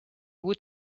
would